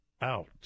out